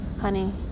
honey